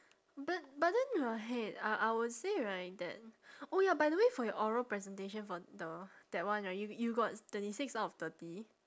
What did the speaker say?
but but then I I would say right that oh ya by the way for your oral presentation for the that one right you you got twenty six out of thirty